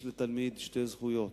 יש לתלמיד שתי זכויות: